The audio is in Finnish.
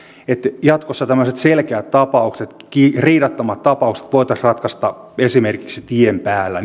että jatkossa tämmöiset selkeät tapaukset riidattomat tapaukset voitaisiin ratkaista esimerkiksi tien päällä